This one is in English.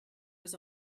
was